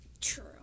True